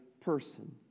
person